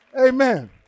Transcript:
Amen